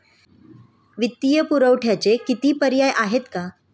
वित्तीय पुरवठ्याचे किती पर्याय आहेत का?